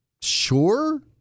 Sure